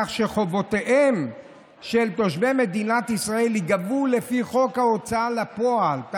כך שחובותיהם של תושבי מדינת ישראל ייגבו לפי חוק ההוצאה לפועלף